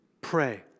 pray